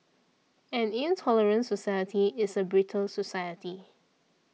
an intolerant society is a brittle society